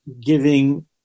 giving